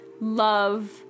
love